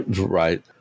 Right